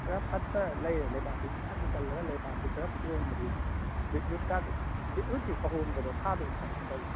ꯈꯔ ꯐꯠꯇ ꯂꯩꯔꯦ ꯂꯩꯕꯥꯛꯁꯤ ꯏꯀꯟ ꯀꯟꯂꯒ ꯂꯩꯕꯥꯛꯁꯤ ꯈꯔ ꯇꯣꯡꯕꯒꯤ ꯕꯤꯠꯔꯨꯠꯀꯥꯗꯣ ꯕꯤꯠꯔꯨꯠꯇꯤ ꯑꯍꯣꯝꯕꯗ ꯊꯥꯗꯧꯅꯦ ꯍꯥꯏꯒꯨꯝ ꯇꯧꯋꯦ